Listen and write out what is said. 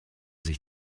sich